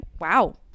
Wow